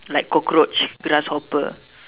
like cockroach grasshopper